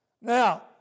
Now